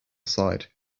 side